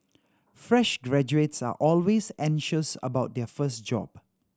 fresh graduates are always anxious about their first job